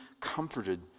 comforted